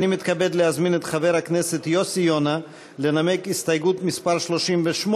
אני מתכבד להזמין את חבר הכנסת יוסי יונה לנמק הסתייגות מס' 38,